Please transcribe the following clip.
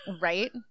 Right